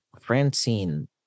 Francine